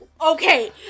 Okay